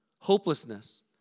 hopelessness